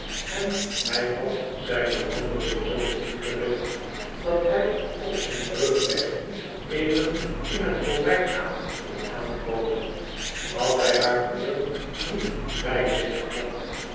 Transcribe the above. en hij had zijne wandeling z ingericht dat hij op zijn terugweg even in het voorbijgaan kon aankomen had zij haar broeder niet bij zich gehad